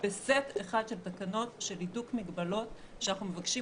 בסט אחד של תקנות של הידוק מגבלות שאנחנו מבקשים